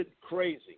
crazy